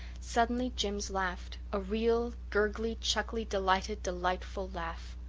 suddenly jims laughed a real, gurgly, chuckly, delighted, delightful laugh.